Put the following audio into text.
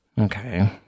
Okay